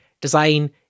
design